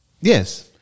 Yes